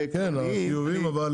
חיוביים.